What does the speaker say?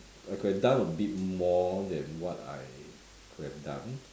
I could have done a bit more than what I could have done